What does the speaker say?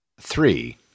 Three